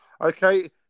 Okay